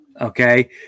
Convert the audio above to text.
okay